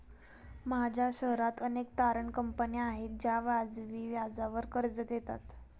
माझ्या शहरात अनेक तारण कंपन्या आहेत ज्या वाजवी व्याजावर कर्ज देतात